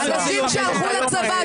אנשים שהלכו לצבא,